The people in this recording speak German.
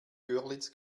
görlitz